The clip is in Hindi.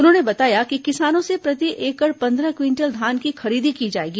उन्होंने बताया कि किसानों से प्रति एकड़ पंद्रह क्विंटल धान की खरीदी की जाएगी